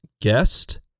guest